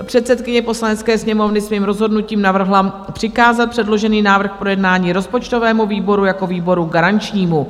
Předsedkyně Poslanecké sněmovny svým rozhodnutím navrhla přikázat předložený návrh k projednání rozpočtovému výboru jako výboru garančnímu.